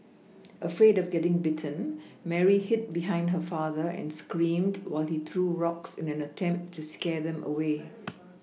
afraid of getting bitten Mary hid behind her father and screamed while he threw rocks in an attempt to scare them away